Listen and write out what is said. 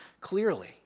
clearly